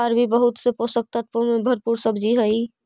अरबी बहुत से पोषक तत्वों से भरपूर सब्जी हई